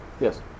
Yes